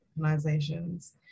organizations